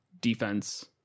defense